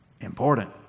important